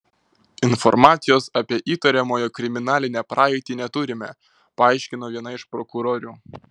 informacijos apie įtariamojo kriminalinę praeitį neturime paaiškino viena iš prokurorių